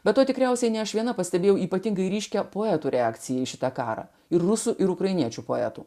be to tikriausiai ne aš viena pastebėjau ypatingai ryškią poetų reakciją į šitą karą ir rusų ir ukrainiečių poetų